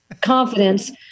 confidence